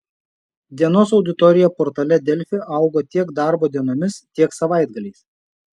dienos auditorija portale delfi augo tiek darbo dienomis tiek savaitgaliais